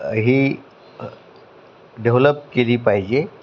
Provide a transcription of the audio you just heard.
ही develop केली पाहिजे